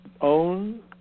own